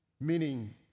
meaning